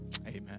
Amen